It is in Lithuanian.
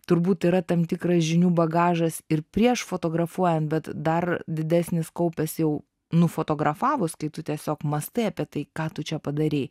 turbūt yra tam tikras žinių bagažas ir prieš fotografuojant bet dar didesnis kaupias jau nufotografavus kai tu tiesiog mąstai apie tai ką tu čia padarei